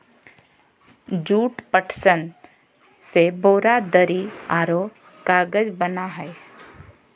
jute, पटसन से बोरा, दरी औरो कागज बना हइ